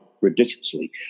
Ridiculously